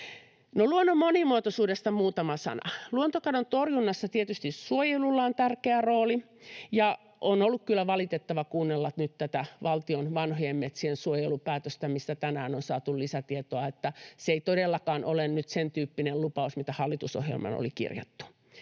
luonnon monimuotoisuudesta muutama sana. Luontokadon torjunnassa tietysti suojelulla on tärkeä rooli. On ollut kyllä valitettavaa kuunnella nyt tätä valtion vanhojen metsien suojelupäätöstä, mistä tänään on saatu lisätietoa, että se ei todellakaan ole nyt sentyyppinen lupaus, mikä hallitusohjelmaan oli kirjattu.